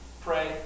pray